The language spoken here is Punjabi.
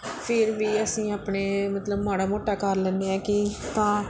ਫਿਰ ਵੀ ਅਸੀਂ ਆਪਣੇ ਮਤਲਬ ਮਾੜਾ ਮੋਟਾ ਕਰ ਲੈਂਦੇ ਹਾਂ ਕਿ ਤਾਂ